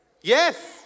yes